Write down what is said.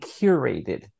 curated